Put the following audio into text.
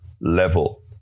level